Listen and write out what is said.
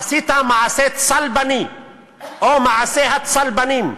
עשית מעשה צלבני או מעשה הצלבנים.